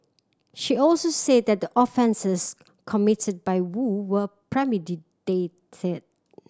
she also said that the offences committed by Woo were premeditated